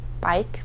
bike